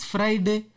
Friday